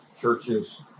churches